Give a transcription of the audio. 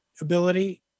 ability